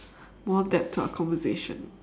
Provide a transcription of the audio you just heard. more depth to our conversation